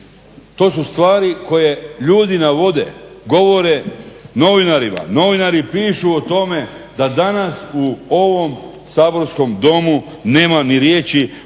To su stvari koje ljudi navode, govore novinarima, novinari pišu o tome da danas u ovom saborskom domu nema ni riječi